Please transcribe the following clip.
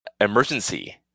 emergency